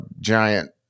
giant